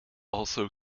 also